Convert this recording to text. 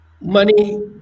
money